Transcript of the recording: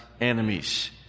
enemies